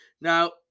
Now